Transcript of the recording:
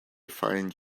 find